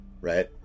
right